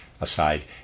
aside